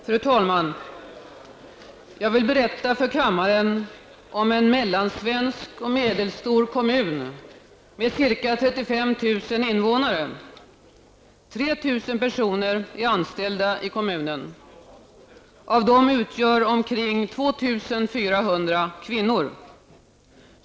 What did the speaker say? Fru talman! Jag vill berätta för kammaren om en mellansvensk och medelstor kommun med ca 35 000 invånare. 3 000 personer är anställda i kommunen. Av dem utgör omkring 2 400 kvinnor.